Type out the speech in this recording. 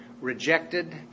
rejected